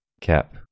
Cap